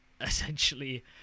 essentially